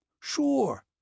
Sure